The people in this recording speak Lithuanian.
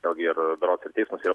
vėlgi ir berods ir teismas yra